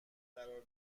قرار